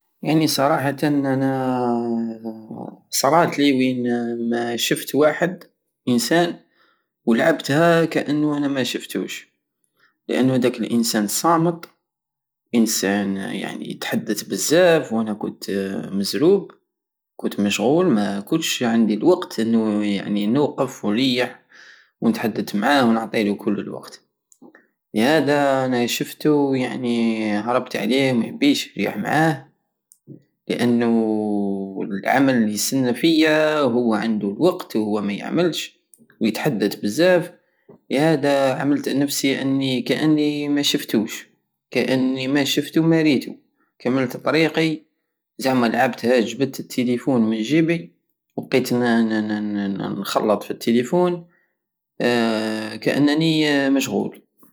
يعني صراحتا انا صراتلي وين ما شفت واحد انسان ولعبتها كانو انا ماشفتوش لانو هداك الانسان صامط انسان يعني يتحدت بزاف وانا كنت مزروب كت مشغول ومكتش عندي الوقت لانو- يعني نوقف ونريح ونتحدت معاه ونعطيلو كل الوقت لهادا انايا شفتو يعني هربت عليه ومحبيتش نريح معاه لانو العمل الي يسنى فيا وهو عندو الوقت وهو ميعملش ويتحدت بزاف يعني لهدا عملت نفسي اني- كاني مشفتوش كاني ماشفتو ماريتو كملت طريقي زعمة لعبتها جبدت التيليفون من جيبي وبقيت نحلط في التيليفون كانني مشغول